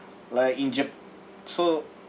like in jap~ so